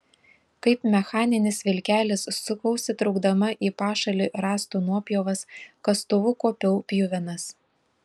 kaip mechaninis vilkelis sukausi traukdama į pašalį rąstų nuopjovas kastuvu kuopiau pjuvenas